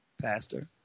Pastor